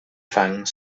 fang